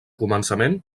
començament